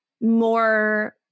more